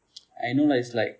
I know lah is like